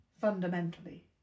fundamentally